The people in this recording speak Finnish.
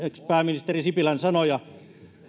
ex pääministeri sipilän sanoja